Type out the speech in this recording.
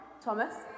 Thomas